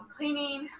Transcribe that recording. Cleaning